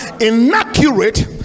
inaccurate